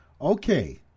Okay